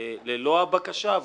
ללא הבקשה.